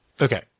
Okay